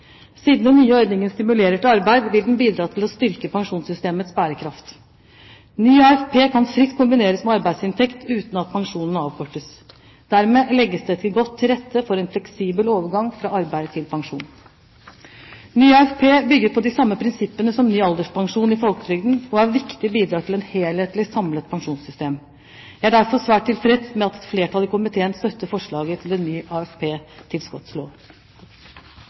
Siden den nye ordningen stimulerer til arbeid, vil den bidra til å styrke pensjonssystemets bærekraft. Ny AFP kan fritt kombineres med arbeidsinntekt uten at pensjonen avkortes. Dermed legges det godt til rette for en fleksibel overgang fra arbeid til pensjon. Nye AFP bygger på de samme prinsippene som ny alderspensjon i folketrygden og er et viktig bidrag til et helhetlig samlet pensjonssystem. Jeg er derfor svært tilfreds med at flertallet i komiteen støtter forslaget til en ny